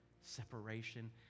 separation